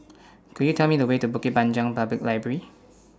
Could YOU Tell Me The Way to Bukit Panjang Public Library